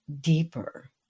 deeper